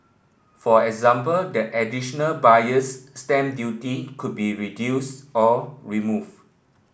for example the additional Buyer's Stamp Duty could be reduce or remove